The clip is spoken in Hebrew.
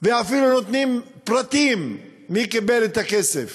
ואפילו נותנים פרטים מי קיבל את הכסף.